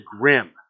grim